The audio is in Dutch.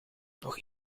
nog